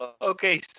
Okay